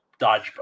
dodgeball